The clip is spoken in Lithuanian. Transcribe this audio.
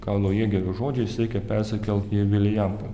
karlo jėgėrio žodžiais reikia persikelt į vilijampolę